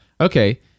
Okay